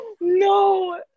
no